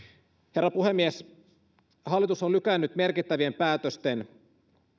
herra puhemies hallitus on lykännyt merkittävien päätösten